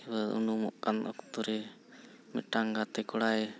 ᱩᱱᱩᱢᱚᱜ ᱠᱟᱱ ᱚᱠᱛᱚ ᱨᱮ ᱢᱤᱫᱴᱟᱝ ᱜᱟᱛᱮ ᱠᱚᱲᱟᱭ